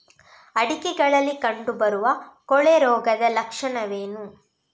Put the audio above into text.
ಅಡಿಕೆಗಳಲ್ಲಿ ಕಂಡುಬರುವ ಕೊಳೆ ರೋಗದ ಲಕ್ಷಣವೇನು?